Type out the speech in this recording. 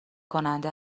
کننده